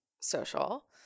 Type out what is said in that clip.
social